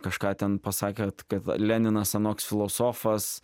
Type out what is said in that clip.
kažką ten pasakė kad kad leninas anoks filosofas